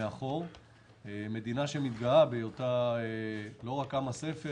מאחור - מדינה שמתגאה בהיותה לא רק עם הספר,